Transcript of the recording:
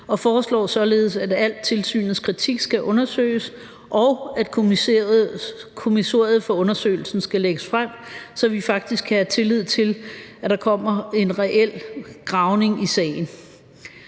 og foreslår således, at al tilsynets kritik skal undersøges, og at kommissoriet for undersøgelsen skal lægges frem, så vi faktisk kan have tillid til, at der reelt bliver gravet i sagen.